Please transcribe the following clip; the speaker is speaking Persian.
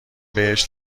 بهش